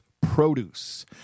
produce